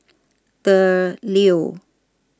The Leo